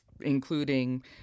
including